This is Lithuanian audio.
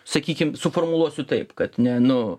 sakykim suformuluosiu taip kad ne nu